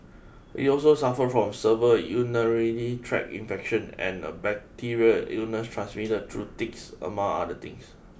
it also suffered from server urinary tract infection and a bacterial illness transmitted through ticks among other things